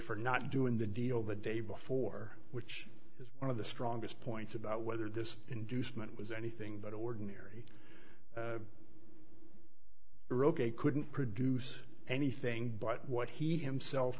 for not doing the deal the day before which is one of the strongest points about whether this inducement was anything but ordinary roquet couldn't produce anything but what he himself